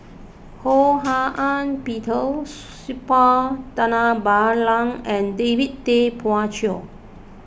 Ho Hak Ean Peter Suppiah Dhanabalan and David Tay Poey Cher